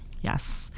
yes